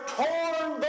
torn